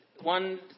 one